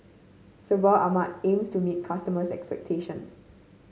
sebamed aims to meet its customers' expectations